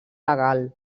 legal